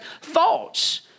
thoughts